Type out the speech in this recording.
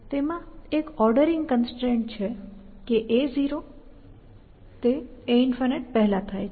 તેમાં એક ordering constraint છે કે a0 તે a∞ પહેલાં થાય છે